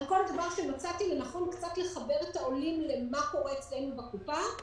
על כל דבר שמצאתי לנכון לחבר את העולים למה קורה אצלנו בקופה.